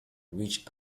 which